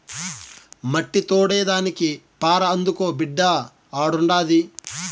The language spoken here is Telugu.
మట్టి తోడేదానికి పార అందుకో బిడ్డా ఆడుండాది